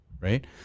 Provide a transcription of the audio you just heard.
Right